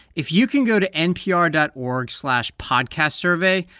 if you can go to npr dot org slash podcastsurvey,